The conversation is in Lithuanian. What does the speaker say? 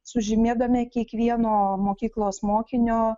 sužymėdami kiekvieno mokyklos mokinio